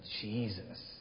Jesus